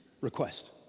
request